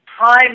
time